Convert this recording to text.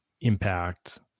impact